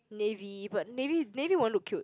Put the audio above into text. navy but navy navy won't look cute